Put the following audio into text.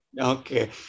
Okay